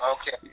Okay